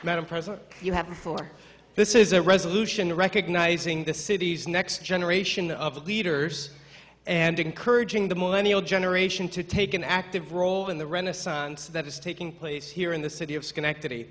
madam president you have before this is a resolution recognizing the city's next generation of leaders and encouraging the millennia old generation to take an active role in the renaissance that is taking place here in the city of schenectady